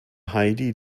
heidi